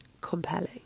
compelling